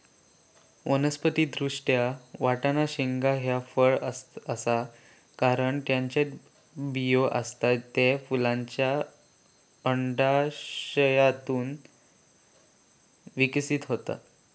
वनस्पति दृष्ट्या, वाटाणा शेंगा ह्या फळ आसा, कारण त्येच्यात बियो आसत, ते फुलांच्या अंडाशयातून विकसित होतत